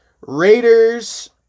Raiders